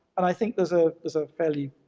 and i think there's ah there's a fairly,